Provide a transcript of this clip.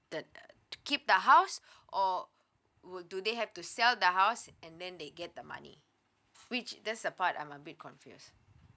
the keep the house or would do they have to sell the house and then they get the money which that's the part I'm a bit confused